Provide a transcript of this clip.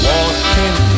Walking